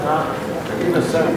זחאלקה וחנין זועבי לסעיף 1 לא נתקבלה.